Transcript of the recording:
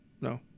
No